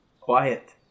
quiet